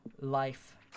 life